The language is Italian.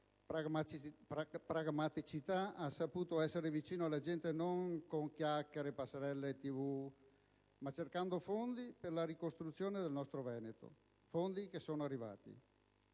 pragmaticità, ha saputo essere vicino alla gente non con chiacchiere e passerelle TV, ma cercando fondi per la ricostruzione del nostro Veneto; fondi che sono arrivati.